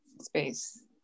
space